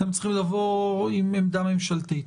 אתם צריכים לבוא עם עמדה ממשלתית.